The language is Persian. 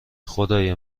خدای